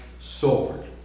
sword